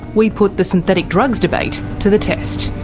we put the synthetic drugs debate to the test.